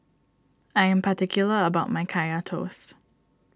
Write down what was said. I am particular about my Kaya Toast